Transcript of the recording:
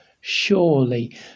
Surely